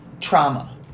trauma